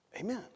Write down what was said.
Amen